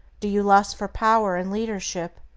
do you lust for power and leadership?